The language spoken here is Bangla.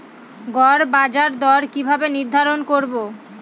গড় বাজার দর কিভাবে নির্ধারণ করব?